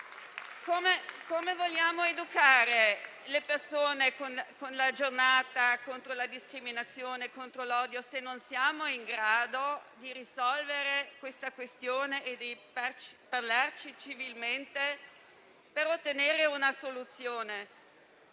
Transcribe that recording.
Come vogliamo educare le persone con la Giornata contro la discriminazione e contro l'odio se non siamo in grado di risolvere la questione e parlarci civilmente per ottenere una soluzione?